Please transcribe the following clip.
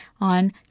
on